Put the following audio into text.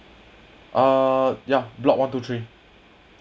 uh ya block one two three